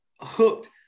hooked